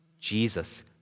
Jesus